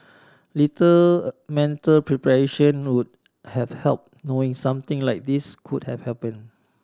little mental preparation would have help knowing something like this could have happen